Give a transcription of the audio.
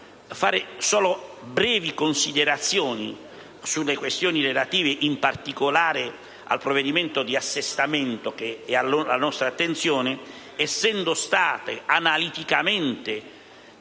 fare solo brevi considerazioni sulle questioni relative, in particolare, al provvedimento di assestamento che è alla nostra attenzione, essendo state analiticamente